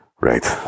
Right